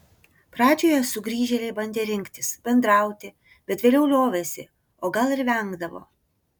pradžioje sugrįžėliai bandė rinktis bendrauti bet vėliau liovėsi o gal ir vengdavo